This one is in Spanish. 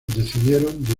decidieron